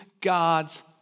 God's